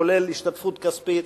כולל השתתפות כספית.